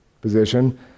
position